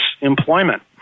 employment